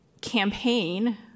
campaign